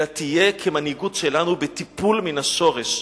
אלא תהיה כמנהיגות שלנו בטיפול מהשורש,